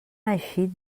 eixit